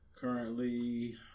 Currently